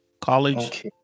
college